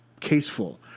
caseful